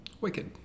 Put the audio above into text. Wicked